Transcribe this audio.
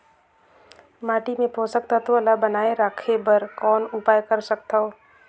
माटी मे पोषक तत्व ल बनाय राखे बर कौन उपाय कर सकथव?